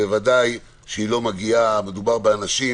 מדובר באנשים